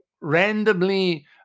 randomly